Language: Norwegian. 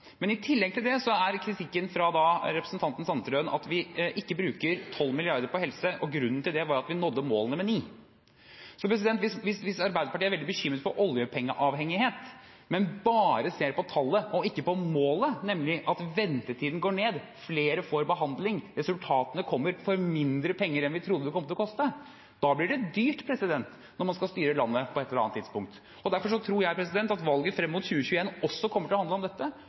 men bare ser på tallet og ikke på målet, nemlig at ventetidene går ned og flere får behandling – resultatene kommer for mindre penger enn vi trodde det kom til å koste – blir det dyrt når man skal styre landet på et eller annet tidspunkt. Derfor tror jeg at valget i 2021 også kommer til å handle om dette: